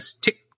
tick